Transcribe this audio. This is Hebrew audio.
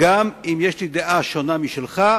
גם אם יש לי דעה שונה משלך,